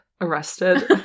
Arrested